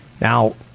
Now